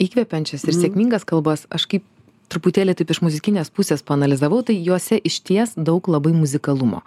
įkvepiančias ir sėkmingas kalbas aš kaip truputėlį taip iš muzikinės pusės paanalizavau tai juose išties daug labai muzikalumo